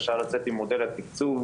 אפשר לצאת עם מודל התקצוב,